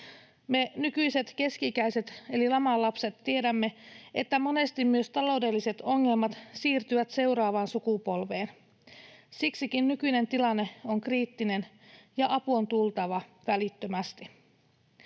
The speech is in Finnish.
Me nykyiset keski-ikäiset eli laman lapset tiedämme, että monesti myös taloudelliset ongelmat siirtyvät seuraavaan sukupolveen. Siksikin nykyinen tilanne on kriittinen ja avun on tultava välittömästi.